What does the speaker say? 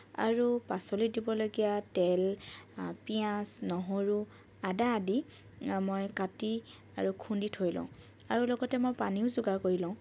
আৰু পাচলিত দিবলগীয়া তেল পিয়াঁজ নহৰু আদা আদি মই কাটি আৰু খুন্দি থৈ লওঁ আৰু লগতে মই পানীও যোগাৰ কৰি লওঁ